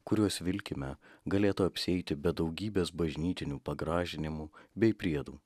kuriuos vilkime galėtų apsieiti be daugybės bažnytinių pagražinimų bei priedų